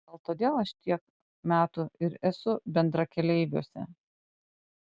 gal todėl aš tiek metų ir esu bendrakeleiviuose